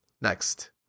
Next